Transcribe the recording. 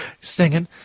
Singing